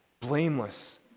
blameless